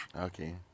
okay